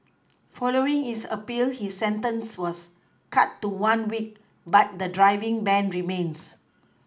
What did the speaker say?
following his appeal his sentence was cut to one week but the driving ban remains